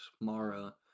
mara